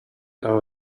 our